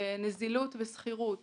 נזילות, סחירות